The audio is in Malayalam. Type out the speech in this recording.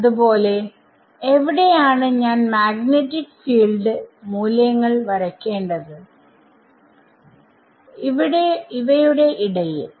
അത്പോലെ എവിടെയാണ് ഞാൻ മാഗ്നെറ്റിക് ഫീൽഡ് മൂല്യങ്ങൾ വരക്കേണ്ടത് ഇവയുടെ ഇടയിൽ